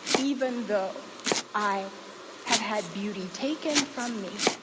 even though i have had beauty taken from me,